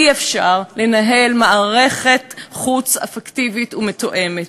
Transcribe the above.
אי-אפשר לנהל מערכת חוץ אפקטיבית ומתואמת,